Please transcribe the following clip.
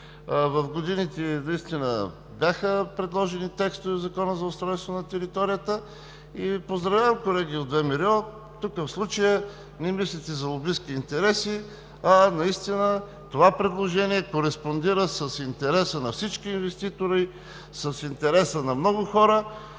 В годините наистина бяха предложени текстове в Закона за устройство на територията. Поздравявам колегите от ВМРО – в случая не мислите за лобистки интереси, а наистина това предложение кореспондира с интереса на всички инвеститори, с интереса на много хора,